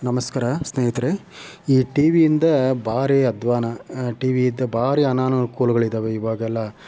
ನಮಸ್ಕಾರ ಸ್ನೇಹಿತರೆ ಈ ಟಿವಿಯಿಂದ ಭಾರೀ ಅಧ್ವಾನ ಟಿವಿದು ಭಾರೀ ಅನಾನುಕೂಲಗಳಿದ್ದಾವೆ ಇವಾಗೆಲ್ಲ